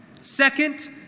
Second